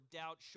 doubt